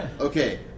Okay